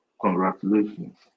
Congratulations